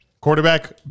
Quarterback